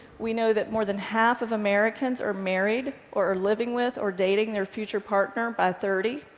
we know that more than half of americans are married or are living with or dating their future partner by thirty.